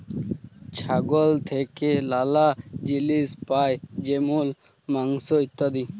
ছাগল থেক্যে লালা জিলিস পাই যেমল মাংস, ইত্যাদি